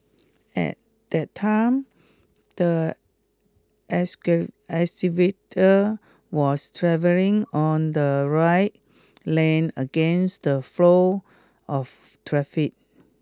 at that time the excavator was travelling on the right lane against the flow of traffic